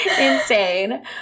Insane